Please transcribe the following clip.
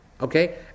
Okay